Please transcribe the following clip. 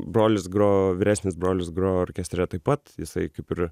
brolis grojo vyresnis brolis grojo orkestre taip pat jisai kaip ir